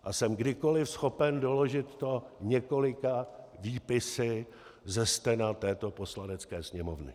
A jsem kdykoliv schopen doložit to několika výpisy ze stena této Poslanecké sněmovny.